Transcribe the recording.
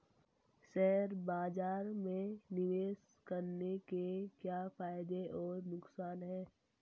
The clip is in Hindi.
शेयर बाज़ार में निवेश करने के क्या फायदे और नुकसान हैं?